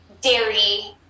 dairy